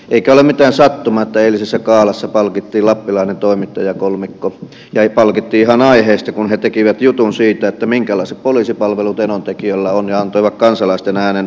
eikä ole mitään sattumaa että eilisessä gaalassa palkittiin lappilainen toimittajakolmikko ja palkittiin ihan aiheesta kun he tekivät jutun siitä minkälaiset poliisipalvelut enontekiöllä on ja antoivat kansalaisten äänen kuulua